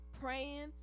praying